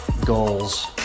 goals